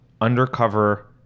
Undercover